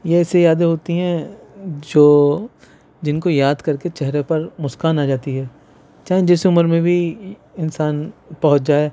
یہ ایسی یادیں ہوتی ہیں جو جن کو یاد کر کے چہرے پر مسکان آ جاتی ہے چاہے جس عمر میں بھی انسان پہنچ جائے